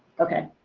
okay.